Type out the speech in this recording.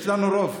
יש לנו רוב.